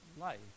Life